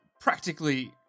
practically